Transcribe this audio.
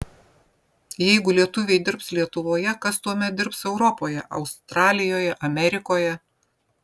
jeigu lietuviai dirbs lietuvoje kas tuomet dirbs europoje australijoje amerikoje